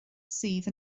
sydd